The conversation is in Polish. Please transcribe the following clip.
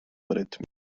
rytmie